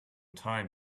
time